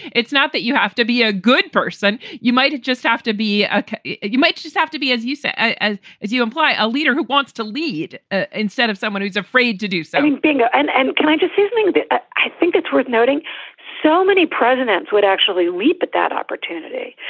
it's not that you have to be a good person. you might just have to be. ah you might just have to be, as you say, as as you imply, a leader who wants to lead ah instead of someone who's afraid to do something and and and can i just seasoning? i think it's worth noting so many presidents would actually leap at that opportunity,